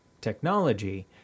technology